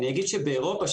אגיד שבאירופה,